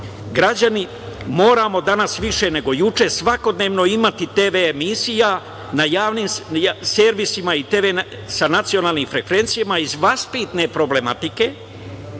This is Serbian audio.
građani moramo danas više nego juče, svakodnevno imati TV emisija na javnim servisima sa nacionalnim frekvencijama iz vaspitne problematike,